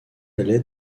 allait